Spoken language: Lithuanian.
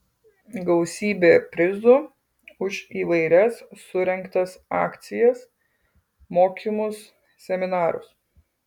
gausybė prizų už įvairias surengtas akcijas mokymus seminarus